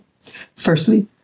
Firstly